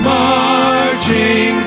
marching